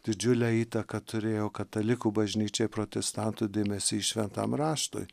didžiulę įtaką turėjo katalikų bažnyčiai protestantų dėmesys šventajam raštui